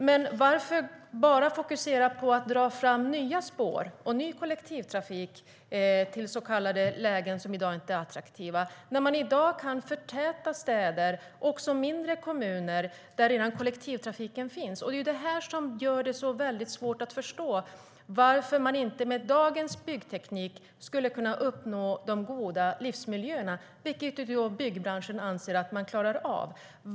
Men varför bara fokusera på att dra fram nya spår och ny kollektivtrafik till lägen som i dag inte sägs vara attraktiva, när man i dag kan förtäta städer, även i mindre kommuner, där kollektivtrafiken redan finns? Det är svårt att förstå varför man inte med dagens byggteknik skulle kunna uppnå de goda livsmiljöerna, vilket byggbranschen anser att man klarar av.